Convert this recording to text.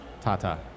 Tata